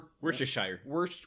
Worcestershire